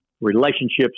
relationships